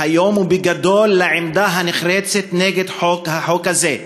היום בגדול לעמדה הנחרצת נגד החוק הזה.